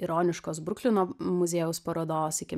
ironiškos bruklino muziejaus parodos iki